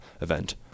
event